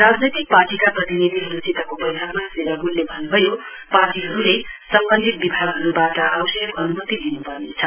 राजनैतिक पार्टीका प्रतिनिधिहरूसितको बैठकमा श्री रगुलले भन्नुभयो पार्टीहरूले सम्वन्धित विभागहरूबाट आवश्यक अनुमति लिनुपर्नेछ